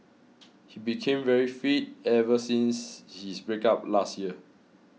he became very fit ever since his breakup last year